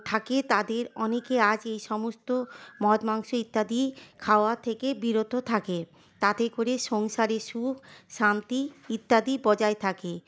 থাকে তাদের অনেকে আজ এই সমস্ত মদ মাংস ইত্যাদি খাওয়া থেকে বিরত থাকে তাতে করে সংসারে সুখ শান্তি ইত্যাদি বজায় থাকে